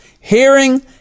hearing